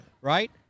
Right